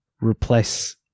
replace